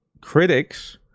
critics